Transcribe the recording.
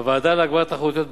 הוועדה להגברת התחרותיות,